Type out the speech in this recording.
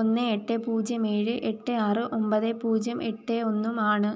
ഒന്ന് എട്ട് പൂജ്യം ഏഴ് എട്ട് ആറ് ഒമ്പതേ പൂജ്യം എട്ടേ ഒന്നുമാണ്